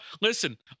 Listen